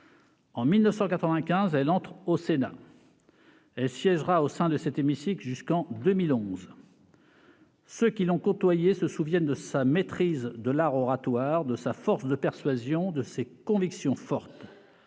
En 1995, elle entre au Sénat. Elle siégera dans cet hémicycle jusqu'en 2011. Ceux qui l'ont côtoyée se souviennent de sa maîtrise de l'art oratoire, de sa force de persuasion et de ses convictions fortes.